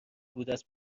بوداز